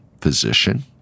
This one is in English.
physician